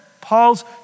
Paul's